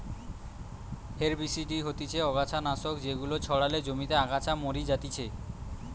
herbicide হতিছে অগাছা নাশক যেগুলা ছড়ালে জমিতে আগাছা মরি যাতিছে